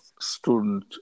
student